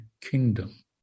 kingdom